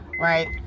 right